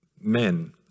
men